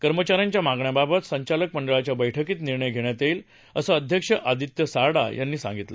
कर्मचाऱ्यांच्या मागण्याबाबत संचालक मंडळाच्या बैठकीत निर्णय घेण्यात येईल असं अध्यक्ष आदित्य सारडा यांनी सांगितलं